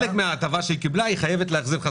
אתה הבנת אותו?